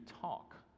talk